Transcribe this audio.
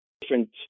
different